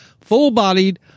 full-bodied